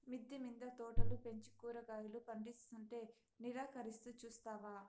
మిద్దె మింద తోటలు పెంచి కూరగాయలు పందిస్తుంటే నిరాకరిస్తూ చూస్తావా